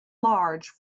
large